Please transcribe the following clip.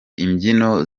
imbyino